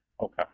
Okay